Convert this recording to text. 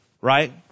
Right